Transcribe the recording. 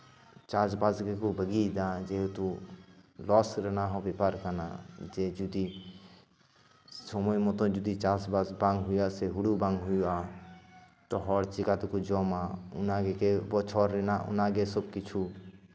ᱪᱟᱥᱼᱵᱟᱥ ᱜᱮᱠᱚ ᱵᱟᱹᱜᱤᱭᱮᱫᱟ ᱡᱮᱦᱮᱛᱩ ᱞᱚᱥ ᱨᱮᱱᱟᱜ ᱦᱚᱸ ᱵᱮᱯᱟᱨ ᱠᱟᱱᱟ ᱡᱮ ᱡᱩᱫᱤ ᱥᱚᱢᱚᱭ ᱢᱚᱛᱚ ᱡᱩᱫᱤ ᱪᱟᱥᱼᱵᱟᱥ ᱵᱟᱝ ᱦᱩᱭᱩᱜᱼᱟ ᱥᱮ ᱦᱩᱲᱩ ᱵᱟᱝ ᱦᱩᱭᱩᱜᱼᱟ ᱛᱚ ᱦᱚᱲ ᱪᱤᱠᱟᱹ ᱛᱮᱠᱚ ᱡᱚᱢᱟ ᱚᱱᱟᱜᱮ ᱵᱚᱪᱷᱚᱨ ᱨᱮᱱᱟᱜ ᱚᱱᱟᱜᱮ ᱡᱚᱛᱚ ᱠᱤᱪᱷᱩ